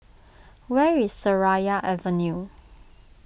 where is Seraya Avenue